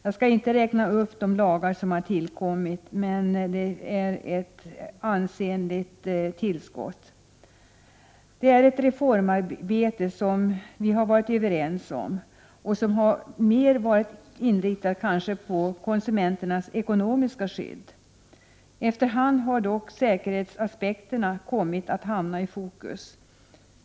Jag skall inte räkna upp alla de lagar som tillkommit, men det är ett ansenligt tillskott. Detta reformarbete har vi varit överens om, och det har mest varit inriktat på konsumenternas ekonomiska skydd. Efter hand har dock säkerhetsaspekterna kommit att hamna i fokus.